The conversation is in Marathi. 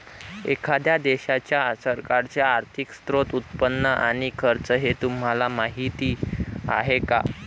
एखाद्या देशाच्या सरकारचे आर्थिक स्त्रोत, उत्पन्न आणि खर्च हे तुम्हाला माहीत आहे का